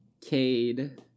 cade